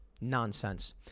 Nonsense